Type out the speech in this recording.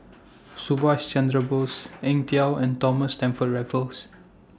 Subhas Chandra Bose Eng Tow and Thomas Stamford Raffles